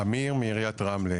אמיר מעריית רמלה,